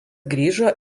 grįžo